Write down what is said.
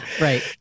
Right